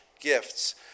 gifts